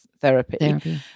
therapy